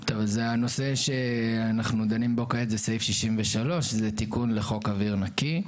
אנחנו נתחיל עכשיו את התיקון של חוק אוויר נקי.